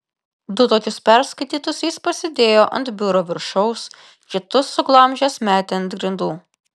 du tokius perskaitytus jis pasidėjo ant biuro viršaus kitus suglamžęs metė ant grindų